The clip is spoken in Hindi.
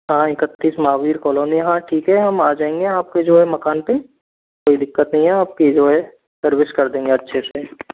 हाँ इकत्तीस महावीर कॉलोनी हाँ ठीक है हम आ जाएंगे आपके जो है मकान पे कोई दिक्कत नहीं है आपकी जो है सर्विस कर देंगे अच्छे से